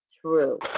true